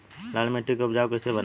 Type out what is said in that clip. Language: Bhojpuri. लाल मिट्टी के उपजाऊ कैसे बनाई?